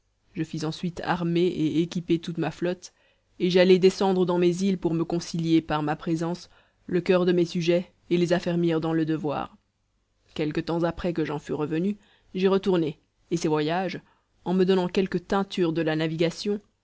je fis ensuite armer et équiper toute ma flotte et j'allai descendre dans mes îles pour me concilier par ma présence le coeur de mes sujets et les affermir dans le devoir quelque temps après que j'en fus revenu j'y retournai et ces voyages en me donnant quelque teinture de la navigation